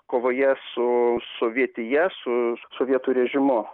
kovoje su sovietija su sovietų režimu